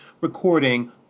recording